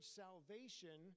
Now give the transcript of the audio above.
salvation